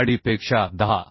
जाडीपेक्षा 10